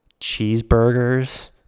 cheeseburgers